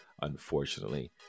unfortunately